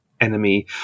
Enemy